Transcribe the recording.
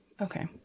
okay